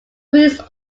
routes